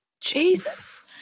Jesus